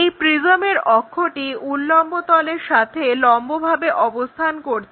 এই প্রিজমের অক্ষটি উল্লম্ব তলের সাথে লম্বভাবে অবস্থান করছে